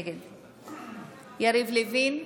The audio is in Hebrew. נגד יריב לוין,